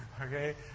Okay